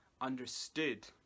understood